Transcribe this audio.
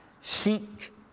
seek